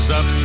up